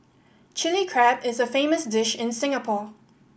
Chilli Crab is a famous dish in Singapore